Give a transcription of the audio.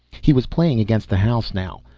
he was playing against the house now,